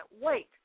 wait